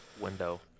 window